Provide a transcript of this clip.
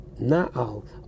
Na'al